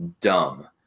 dumb